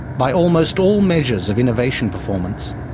by almost all measures of innovation performance,